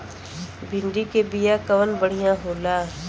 भिंडी के बिया कवन बढ़ियां होला?